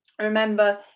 remember